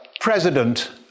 president